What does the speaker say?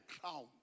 crown